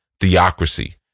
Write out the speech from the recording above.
Theocracy